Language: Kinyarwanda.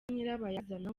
nyirabayazana